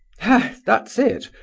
hey! that's it!